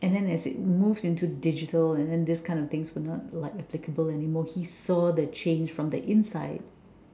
and then as it moved into digital and this kind of things were not like applicable anymore he saw the change from the inside